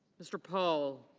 mr. paul.